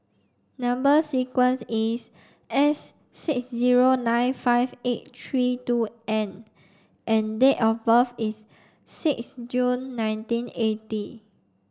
number sequence is S six zero nine five eight three two N and date of birth is six June nineteen eighty